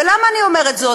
ולמה אני אומרת זאת?